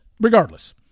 regardless